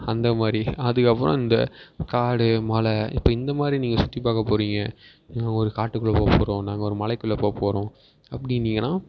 அந்த மாதிரி அதுக்கப்புறம் இந்த காடு மலை இப்போ இந்த மாதிரி நீங்கள் சுற்றிப் பார்க்க போறிங்க ஒரு காட்டுக்குள்ளே போ போகிறோம் நாங்கள் ஒரு மலைக்குள்ளே போ போகிறோம் அப்படின்னிங்கன்னா